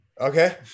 okay